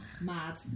Mad